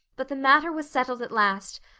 but the matter was settled at last,